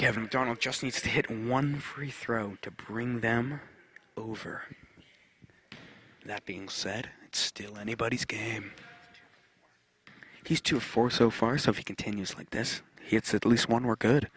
kevin mcdonald just needs to hit one free throw to bring them over that being said still anybody's game he's two for so far so if he continues like this it's at least one more